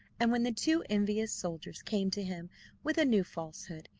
and when the two envious soldiers came to him with a new falsehood,